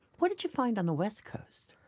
what did you find on the west coast?